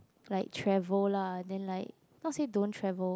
like travel lah and then like not say don't travel